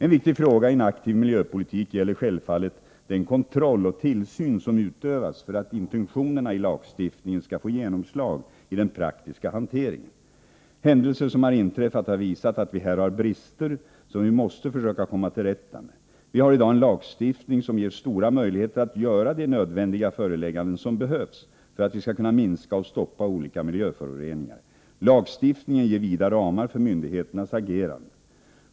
En viktig fråga i en aktiv miljöpolitik gäller självfallet den kontroll och tillsyn som utövas för att intentionerna i lagstiftningen skall få genomslag i den praktiska hanteringen. Händelser som har inträffat har visat att vi här har brister som vi måste försöka komma till rätta med. Vi har i dag en lagstiftning som ger stora möjligheter att göra de nödvändiga förelägganden som behövs för att vi skall kunna minska och stoppa olika miljöföroreningar. Lagstiftningen ger vida ramar för myndigheternas agerande.